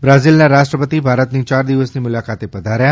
બ્રાઝિલના રાષ્ટ્રપતિ ભારતની ચાર દિવસની મુલાકાતે પધાર્યા